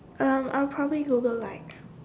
um I'll probably Google like